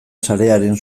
sarearen